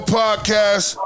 podcast